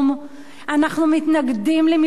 אנחנו מתנגדים למלחמת ברירה,